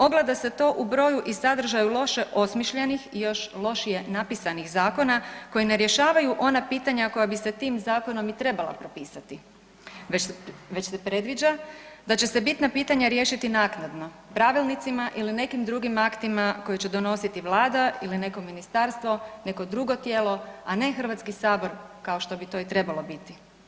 Ogleda se to u broju i sadržaju loše osmišljenih i još lošije napisanih zakona koji ne rješavaju ona pitanja koja bi se tim zakonom i trebala propisati već se predviđa da će se bitna pitanja riješiti naknadno pravilnicima ili nekim drugim aktima koje će donositi Vlada ili neko ministarstvo, neko drugo tijelo, a ne Hrvatski sabor kao što bi to i trebalo biti.